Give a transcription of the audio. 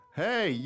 hey